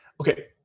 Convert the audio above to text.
Okay